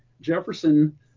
Jefferson